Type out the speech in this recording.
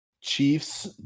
Chiefs